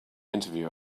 interview